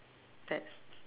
that's